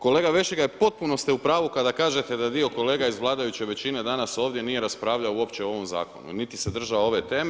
Kolega Vešligaj, potpuno ste u pravu kada kažete da dio kolega iz vladajuće većine danas ovdje nije raspravljao o ovom zakonu niti se držao ove teme.